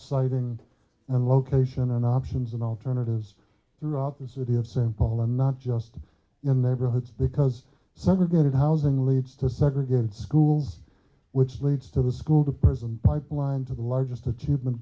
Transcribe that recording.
citing and location and options and alternatives throughout the city of st paul and not just in the neighborhoods because some are good housing leads to segregated schools which leads to the school to prison pipeline to the largest achievement